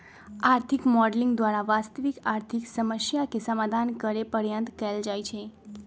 आर्थिक मॉडलिंग द्वारा वास्तविक आर्थिक समस्याके समाधान करेके पर्यतन कएल जाए छै